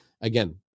again